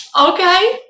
Okay